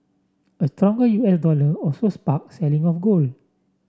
a stronger U S dollar also spark selling on gold